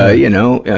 ah you know, ah,